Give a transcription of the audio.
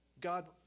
God